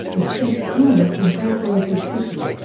the state's smallest incorporated city.